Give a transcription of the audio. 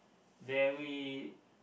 very